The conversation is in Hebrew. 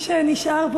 מי שנשאר,